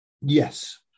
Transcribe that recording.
Yes